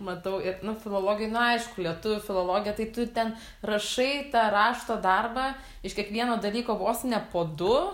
matau ir nu filologiai nu aišku lietuvių filologija tai tu ten rašai tą rašto darbą iš kiekvieno dalyko vos ne po du